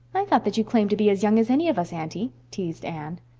i thought that you claimed to be as young as any of us, aunty, teased anne.